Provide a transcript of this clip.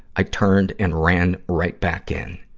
i turned and ran right back in.